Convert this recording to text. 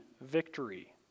victory